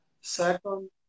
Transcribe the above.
second